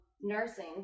nursing